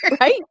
Right